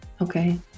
Okay